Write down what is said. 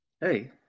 hey